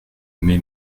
aimé